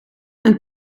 een